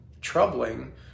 troubling